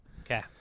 Okay